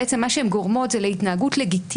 בעצם מה שהן גורמות זה להתנהגות לגיטימית.